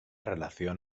relación